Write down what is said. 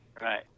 Right